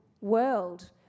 world